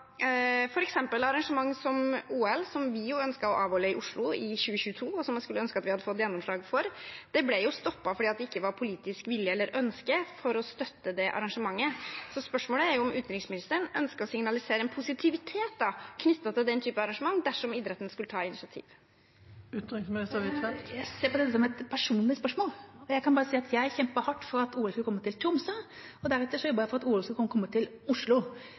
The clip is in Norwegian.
arrangement som OL, som vi ønsket å avholde i Oslo i 2022, og som jeg skulle ønske vi hadde fått gjennomslag for. Det ble stoppet fordi det ikke var politisk vilje til eller ønske om å støtte det arrangementet. Så spørsmålet er: Ønsker utenriksministeren å signalisere en positivitet knyttet til slike arrangement dersom idretten skulle ta initiativ? Jeg ser på dette som et personlig spørsmål, og jeg kan bare si at jeg kjempet hardt for at OL skulle komme til Tromsø, og deretter jobbet jeg for at OL skulle komme til Oslo.